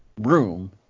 room